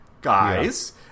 Guys